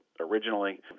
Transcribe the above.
originally